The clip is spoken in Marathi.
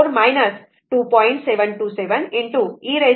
727 4 2